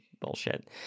bullshit